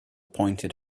pointed